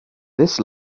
this